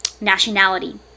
nationality